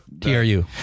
TRU